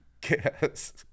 guess